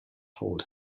told